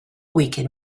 weaken